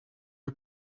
you